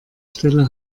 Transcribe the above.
stelle